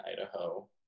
Idaho